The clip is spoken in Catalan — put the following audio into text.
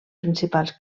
principals